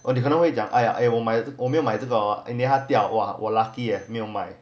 well 你可能会讲唉唉我买我没有买这个 in the end 他掉我 lucky leh 没有卖